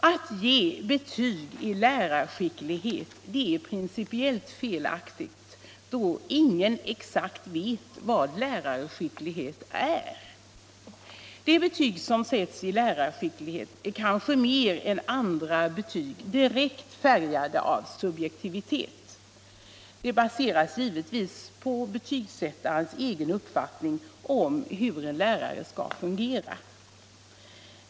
Att ge betyg i lärarskicklighet är principiellt felaktigt då ingen exakt vet vad lärarskicklighet är. De betyg som sätts i lärarskicklighet är kanske mer än andra betyg direkt färgade av subjektivitet. De baseras givetvis på betygsättarens egen uppfattning om hur en lärare skall fungera.